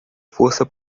força